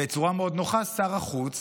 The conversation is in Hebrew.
בצורה מאוד נוחה, שר החוץ